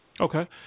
Okay